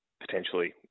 potentially